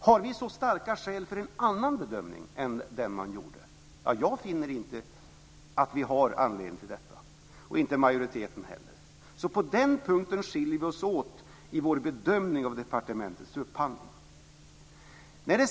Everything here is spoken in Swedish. Har vi så starka skäl för att göra en annan bedömning än den som man gjorde? Jag finner inte att vi har anledning till detta och inte majoriteten heller, så på den punkten skiljer vi oss åt i vår bedömning av departementets upphandling.